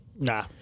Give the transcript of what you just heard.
Nah